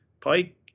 Pike